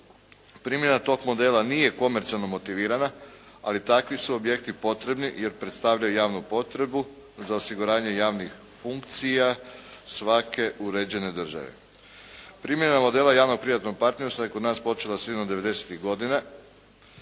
Primjena tog modela nije komercijalno motivirana ali takvi su objekti potrebni jer predstavljaju javnu potrebu za osiguranje javnih funkcija svake uređene države. Primjena modela javno-privatnog partnerstva je kod nas počela sredinom